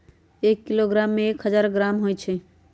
एक किलोग्राम में एक हजार ग्राम होई छई